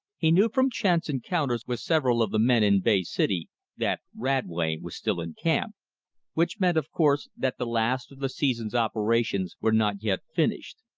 he knew from chance encounters with several of the men in bay city that radway was still in camp which meant, of course, that the last of the season's operations were not yet finished.